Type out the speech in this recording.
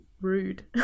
rude